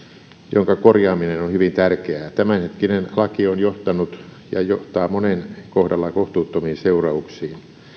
jonka korjaaminen on on hyvin tärkeää sillä tämän hetkinen laki on johtanut ja johtaa monen kohdalla kohtuuttomiin seurauksiin